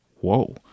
whoa